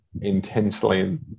intentionally